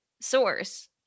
source